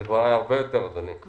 זה כבר הרבה יותר, אדוני.